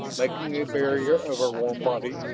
making a barrier of her warm body,